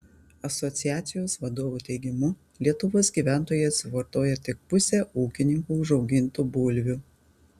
asociacijos vadovų teigimu lietuvos gyventojai suvartoja tik pusę ūkininkų užaugintų bulvių